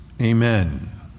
Amen